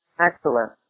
Excellent